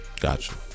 Gotcha